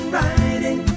riding